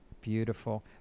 Beautiful